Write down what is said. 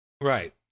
right